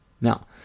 Now